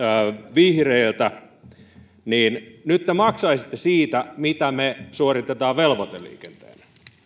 vihreiltä nyt te maksaisitte siitä mitä me suoritamme velvoiteliikenteenä